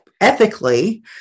ethically